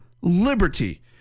liberty